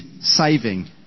saving